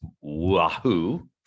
wahoo